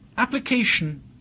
Application